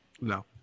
no